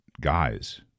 guys